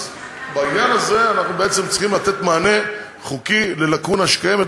אז בעניין הזה אנחנו בעצם צריכים לתת מענה חוקי ללקונה שקיימת.